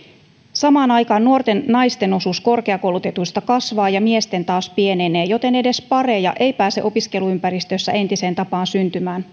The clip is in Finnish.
samaan aikaan nuorten naisten osuus korkeakoulutetuista kasvaa ja miesten taas pienenee joten edes pareja ei pääse opiskeluympäristössä entiseen tapaan syntymään